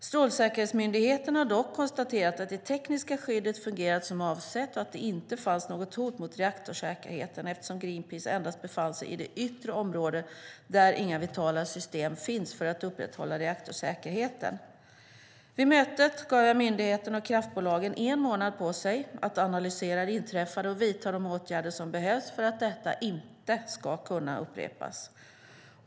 Strålsäkerhetsmyndigheten har dock konstaterat att det tekniska skyddet fungerat som avsett och att det inte fanns något hot mot reaktorsäkerheten eftersom Greenpeace endast befann sig i det yttre område där inga vitala system finns för att upprätthålla reaktorsäkerheten. Vid mötet gav jag myndigheten och kraftbolagen en månad på sig att analysera det inträffade och vidta de åtgärder som behövs för att detta inte ska kunna upprepas.